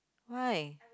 why